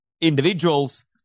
individuals